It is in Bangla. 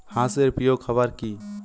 হাঁস এর প্রিয় খাবার কি?